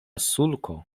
sulko